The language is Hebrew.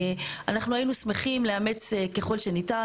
אנחנו היינו שמחים לאמץ ככל שניתן.